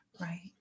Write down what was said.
right